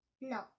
No